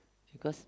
because